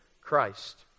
Christ